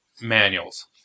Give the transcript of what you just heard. manuals